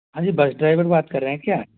हाँ जी bus driver बात कर रहे हैं क्या